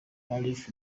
alif